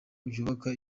byubaka